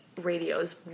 radios